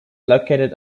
located